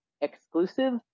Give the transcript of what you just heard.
exclusive